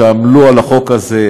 שעמלו על החוק הזה,